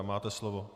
Máte slovo.